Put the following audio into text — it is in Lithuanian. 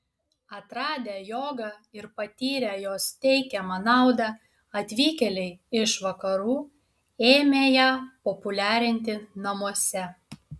atradę jogą ir patyrę jos teikiamą naudą atvykėliai iš vakarų ėmė ją populiarinti namuose